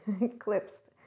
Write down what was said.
eclipsed